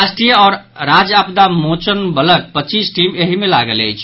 राष्ट्रीय आओर राज्य आपदा मोचन बलक पचीस टीम एहि मे लागल अछि